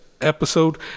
episode